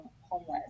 homeless